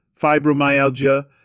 fibromyalgia